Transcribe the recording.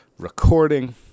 recording